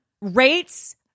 rates